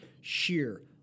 sheer –